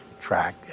track